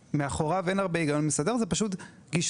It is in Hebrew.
שמאחוריו אין הרבה היגיון מסדר; אלה פשוט גישות